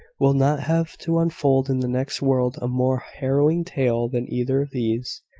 will not have to unfold in the next world a more harrowing tale than either of these.